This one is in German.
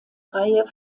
reihe